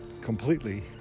completely